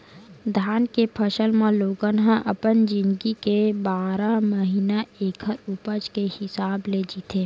धान के फसल म लोगन ह अपन जिनगी के बारह महिना ऐखर उपज के हिसाब ले जीथे